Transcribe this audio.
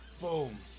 Boom